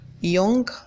young